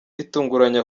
bitunguranye